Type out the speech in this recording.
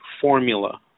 formula